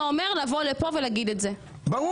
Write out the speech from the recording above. אומר לבוא לכאן ולהגיד את מה שאמרתי.